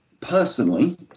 personally